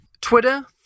Twitter